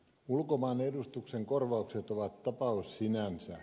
ulkomaanedustuksen korvaukset ovat tapaus sinänsä